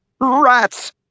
Rats